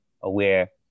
aware